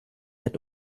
add